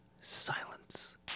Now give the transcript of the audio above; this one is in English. silence